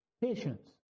patience